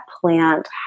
plant